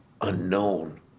unknown